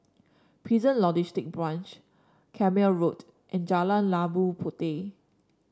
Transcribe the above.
Prison Logistic Branch Carpmael Road and Jalan Labu Puteh